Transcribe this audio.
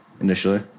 initially